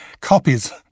copies